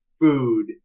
food